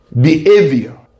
behavior